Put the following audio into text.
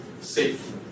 safe